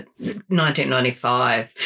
1995